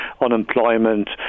unemployment